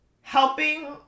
helping